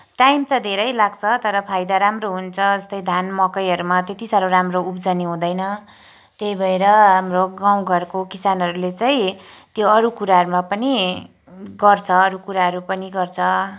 time त धेरै लाग्छ तर फाइदा राम्रो हुन्छ जस्तै धान मकैहरूमा त्यति साह्रो राम्रो उब्जनी हुँदैन त्यही भएर हाम्रो गाउँघरको किसानहरूले चाहिँ त्यो अरू कुराहरूमा पनि गर्छ अरू कुराहरू पनि गर्छ